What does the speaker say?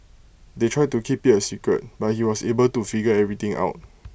they tried to keep IT A secret but he was able to figure everything out